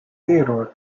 theodore